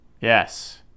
Yes